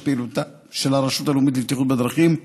פעילותה של הרשות הלאומית לבטיחות בדרכים,